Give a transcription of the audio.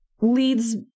leads